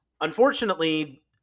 unfortunately